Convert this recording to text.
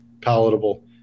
palatable